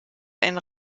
einen